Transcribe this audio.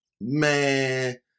Man